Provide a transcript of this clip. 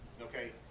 okay